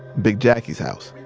big jackie's house.